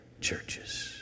churches